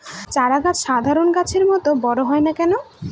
চারা গাছ সাধারণ গাছের মত বড় হয় না কেনো?